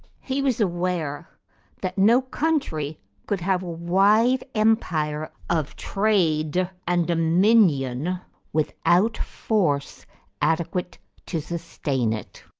he was aware that no country could have a wide empire of trade and dominion without force adequate to sustain it.